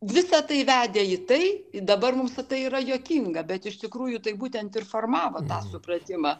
visa tai vedė į tai dabar mums tai yra juokinga bet iš tikrųjų tai būtent ir formavo tą supratimą